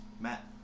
Matt